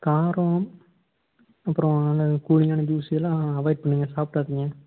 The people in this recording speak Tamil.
காரம் அப்புறோம் அல்லது கூலிங்கான ஜூஸ் இதெல்லாம் அவாய்ட் பண்ணுங்கள் சாப்பிடாதிங்க